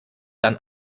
dann